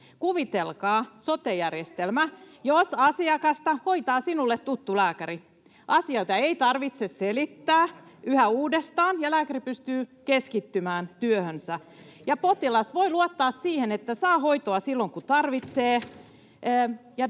Kuvitelkaa sote-järjestelmä, jossa asiakasta hoitaa sinulle tuttu lääkäri: asioita ei tarvitse selittää yhä uudestaan, lääkäri pystyy keskittymään työhönsä, ja potilas voi luottaa siihen, että saa hoitoa silloin kun tarvitsee.